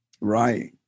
Right